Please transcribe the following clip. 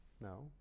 No